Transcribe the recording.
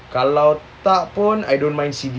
kalau tak pun I don't mind